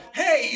hey